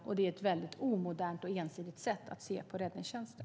Det är ett väldigt omodernt och ensidigt sätt att se på räddningstjänsten.